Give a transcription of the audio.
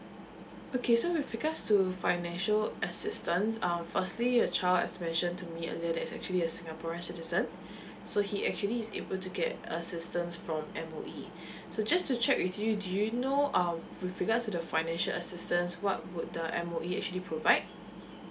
okay so with regards to financial assistance uh firstly your child as mentioned to me earlier that he's actually a singaporean citizen so he actually is able to get assistance from M_O_E so just to check with you do you know um with regards to the financial assistance what would the M_O_E actually provide